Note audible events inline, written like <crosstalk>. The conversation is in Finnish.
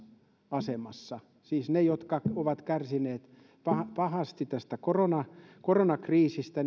asemassa siis ne jotka ovat kärsineet pahasti tästä koronakriisistä <unintelligible>